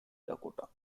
dakota